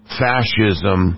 fascism